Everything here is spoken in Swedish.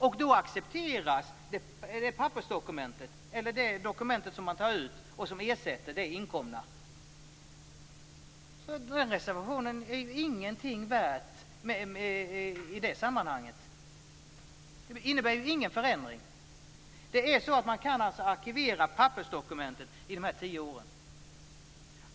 Och då accepteras det dokument man tar ut och som ersätter det inkomna, så den reservationen är ingenting värd i det sammanhanget. Det innebär ju ingen förändring. Det är alltså så att man kan arkivera pappersdokumenten i tio år.